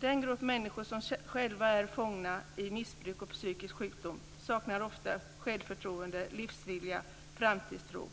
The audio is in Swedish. Den grupp människor som själva är fångna i missbruk och psykisk sjukdom saknar ofta självförtroende, livsvilja, framtidstro